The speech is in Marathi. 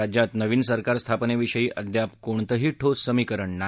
राज्यात नवीन सरकार स्थापनेविषयी अद्याप कोणतंही ठोस समीकरण नाही